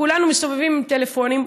כולנו מסתובבים עם טלפונים,